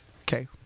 okay